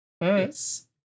Yes